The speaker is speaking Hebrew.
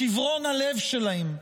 לשברון הלב שלהם,